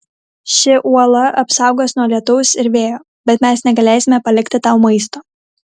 ši uola apsaugos nuo lietaus ir vėjo bet mes negalėsime palikti tau maisto